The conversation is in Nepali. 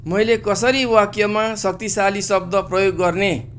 मैले कसरी वाक्यमा शक्तिशाली शब्द प्रयोग गर्ने